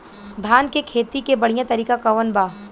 धान के खेती के बढ़ियां तरीका कवन बा?